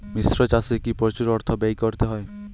মিশ্র চাষে কি প্রচুর অর্থ ব্যয় করতে হয়?